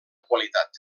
qualitat